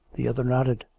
the other nodded.